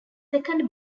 second